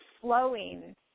flowing